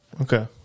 okay